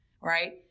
right